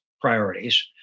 priorities